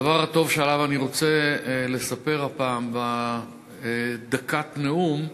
הדבר הטוב שעליו אני רוצה לספר הפעם בדקת נאום: